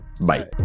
Bye